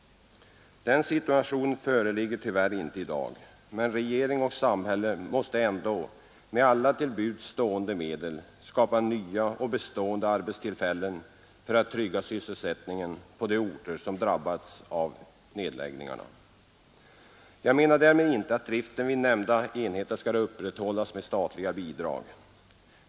Den situationen föreligger tyvärr inte i dag. Men regering och samhälle måste ändå med alla till buds stående medel skapa nya och bestående arbetstillfällen för att trygga sysselsättningen på de orter som drabbas av nedläggningarna. Jag menar därmed inte att driften vid nämnda enheter skall upprätthållas med statliga bidrag.